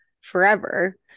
forever